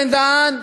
בן-דהן,